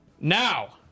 Now